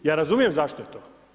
Ja razumijem zašto je to.